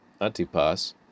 Antipas